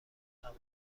عمل